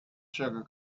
sugar